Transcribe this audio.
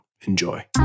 Enjoy